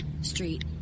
street